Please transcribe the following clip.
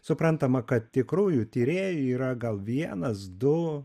suprantama kad tikrųjų tyrėjų yra gal vienas du